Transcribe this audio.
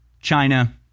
China